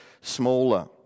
smaller